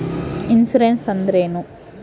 Insurance ಅಂದ್ರೇನು?